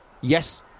Yes